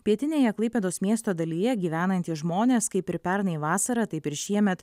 pietinėje klaipėdos miesto dalyje gyvenantys žmonės kaip ir pernai vasarą taip ir šiemet